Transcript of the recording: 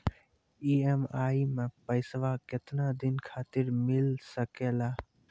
EMI मैं पैसवा केतना दिन खातिर मिल सके ला?